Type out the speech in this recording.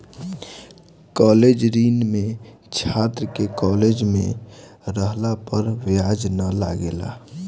college ऋण में छात्र के कॉलेज में रहला पर ब्याज ना लागेला